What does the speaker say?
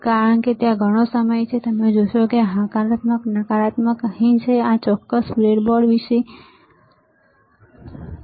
હવે કારણ કે ત્યાં ઘણો સમય છે તમે જાણો છો આ હકારાત્મક નકારાત્મક અહીં છે પરંતુ આ ચોક્કસ બ્રેડબોર્ડ વિશે શું